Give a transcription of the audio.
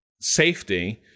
safety